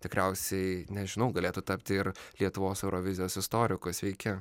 tikriausiai nežinau galėtų tapti ir lietuvos eurovizijos istoriku sveiki